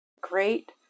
Great